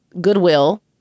Goodwill